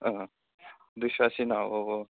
दुयस' आसि ना औ औ